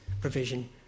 provision